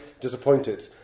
disappointed